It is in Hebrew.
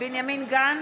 בנימין גנץ,